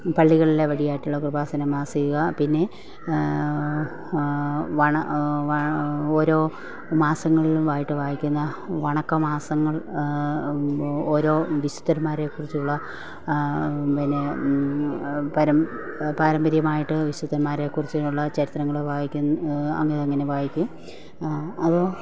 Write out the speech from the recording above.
പള്ളികളിലെ വഴിയായിട്ടുള്ള കൃപാസനം മാസിക പിന്നെ വാണ് ഓരോ മാസങ്ങളിലും വായിട്ട് വായിക്കുന്ന വണക്ക മാസങ്ങള് ഓരോ വിശുദ്ധന്മാരെ കുറിച്ചുള്ള പിന്നെ പരം പാരമ്പര്യമായിട്ട് വിശുദ്ധന്മാരെക്കുറിച്ച് ഉള്ള ചരിത്രങ്ങള് വായിക്കുന്ന അങ്ങനങ്ങനെ വായിക്കും അത്